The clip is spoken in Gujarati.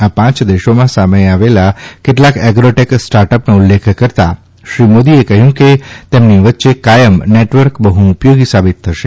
આ પાંચ દેશોમાં સામે આવેલા કેટલાક એગ્રોટેક સ્ટાર્ટઅપનો ઉલ્લેખ કરતા શ્રી મોદીએ કહ્યું કે તેમની વચ્ચે કાયમ નેટવર્ક બહ્ ઉપયોગી સાબિત થશે